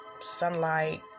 sunlight